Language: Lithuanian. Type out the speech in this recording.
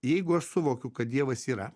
jeigu aš suvokiu kad dievas yra